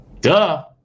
Duh